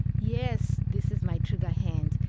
yes, this is my trigger hand,